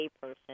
person